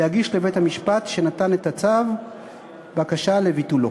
להגיש לבית-המשפט שנתן את הצו בקשה לביטולו".